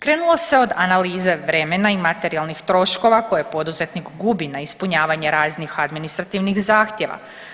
Krenulo se od analize vremena i materijalnih troškova koje poduzetnik gubi na ispunjavanje raznih administrativnih zahtjeva.